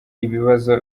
ibibazo